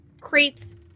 crates